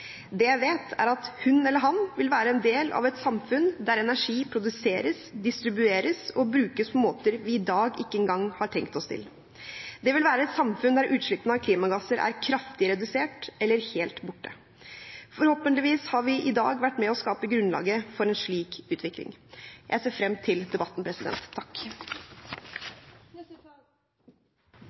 Det jeg vet, er at hun eller han vil være en del av et samfunn der energi produseres, distribueres og brukes på måter vi i dag ikke engang har tenkt oss til. Det vil være et samfunn der utslippene av klimagasser er kraftig redusert eller helt borte. Forhåpentligvis har vi i dag vært med og skape grunnlaget for en slik utvikling. Jeg ser frem til debatten.